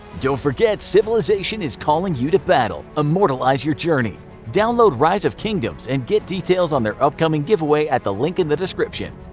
don't forget, civilization is calling you to battle, immortalize your journey! download rise of kingdoms and get details on their upcoming giveaway at the link in the description!